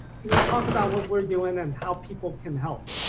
can you talk about what we're doing and how people can help?